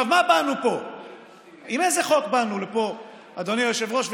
עם איזה חוק באנו לפה, אדוני היושב-ראש?